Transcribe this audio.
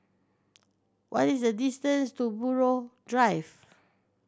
what is the distance to Buroh Drive